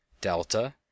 delta